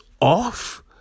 off